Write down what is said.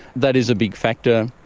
that is a big factor.